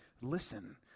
Listen